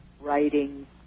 Writing